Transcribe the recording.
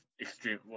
extreme